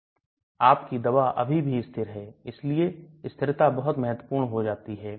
तो दवा का अवशोषण बदल सकता है दवा अपनी कार्यशैली इत्यादि को बदल सकती है